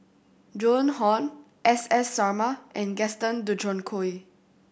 Joan Hon S S Sarma and Gaston Dutronquoy